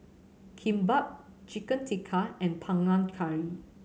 Kimbap Chicken Tikka and Panang Curry